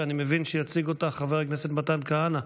שאני מבין שיציג אותה חבר הכנסת מתן כהנא,